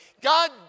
God